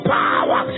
power